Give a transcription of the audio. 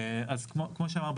אז כמו שאמרנו,